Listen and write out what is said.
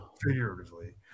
Figuratively